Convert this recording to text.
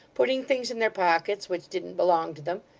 putting things in their pockets which didn't belong to them,